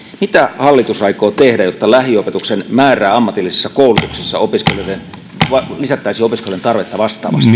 mitä hallitus aikoo tehdä jotta lähiopetuksen määrää ammatillisessa koulutuksessa lisättäisiin opiskelijoiden tarvetta vastaavaksi